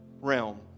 realm